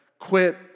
Quit